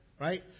right